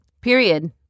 Period